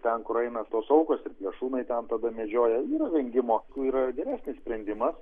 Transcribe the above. ten kur eina tos aukos ir plėšrūnai ten tada medžioja yra vengimo yra geresnis sprendimas